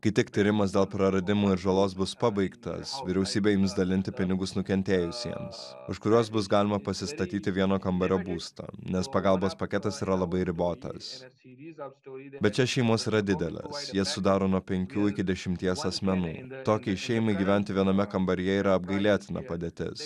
kai tik tyrimas dėl praradimų žalos bus pabaigtas vyriausybė ims dalinti pinigus nukentėjusiems už kuriuos bus galima pasistatyti vieno kambario būstą nes pagalbos paketas yra labai ribotas įbet čia šeimos yra didelės jas sudaro nuo penkių iki dešimties asmenų tokiai šeimai gyventi viename kambaryje yra apgailėtina padėtis